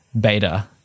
beta